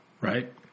right